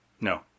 No